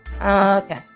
okay